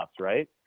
Right